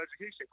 education